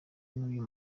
n’uyu